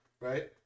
Right